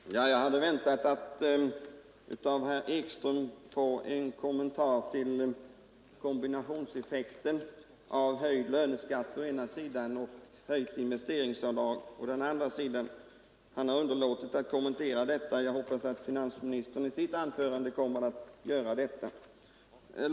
Herr talman! Jag hade väntat att av herr Ekström få en kommentar till kombinationseffekten av höjd löneskatt å ena sidan och höjt investeringsavdrag å den andra. Han har emellertid underlåtit att kommentera detta. Jag hoppas därför att finansministern i sitt anförande kommer att göra det.